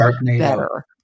better